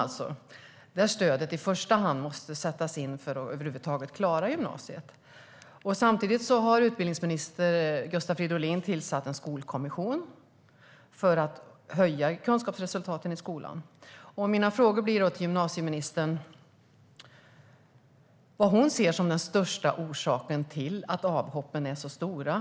Ska man över huvud taget klara gymnasiet måste ju stödet sättas in där i första hand. Samtidigt har utbildningsminister Gustav Fridolin tillsatt en skolkommission för att höja kunskapsresultaten i skolan. Vad ser gymnasieministern som den största orsaken till att avhoppen är så stora?